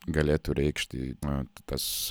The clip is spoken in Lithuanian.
galėtų reikšti na tas